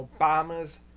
Obama's